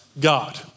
God